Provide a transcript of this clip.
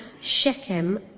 Shechem